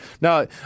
Now